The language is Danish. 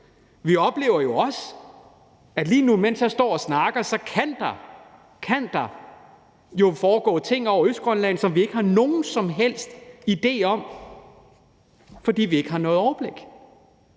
Vi oplever jo også, at lige nu, mens jeg står og snakker, så kan der – kan der – foregå ting over Østgrønland, som vi ikke har nogen som helst idé om, fordi vi ikke har noget overblik.